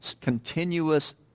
continuous